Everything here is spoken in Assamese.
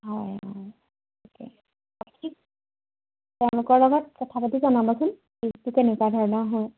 হয় হয় তেওঁলোকৰ লগত কথা পাতি জনাবচোন ফীজটো কেনেকুৱা ধৰণৰ হয়